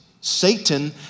Satan